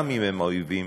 גם אם הם האויבים